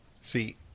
See